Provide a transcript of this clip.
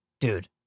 Dude